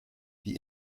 die